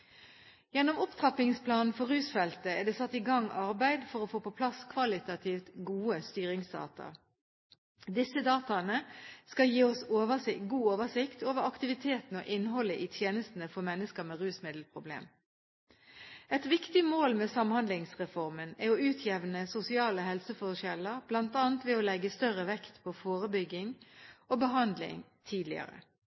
Gjennom opptrappingsplanen for rusfeltet er det satt i gang arbeid for å få på plass kvalitativt gode styringsdata. Disse dataene skal gi oss god oversikt over aktiviteten og innholdet i tjenestene for mennesker med rusmiddelproblemer. Et viktig mål med Samhandlingsreformen er å utjevne sosiale helseforskjeller, bl.a. ved å legge større vekt på forebygging